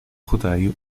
rodeio